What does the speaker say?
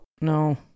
no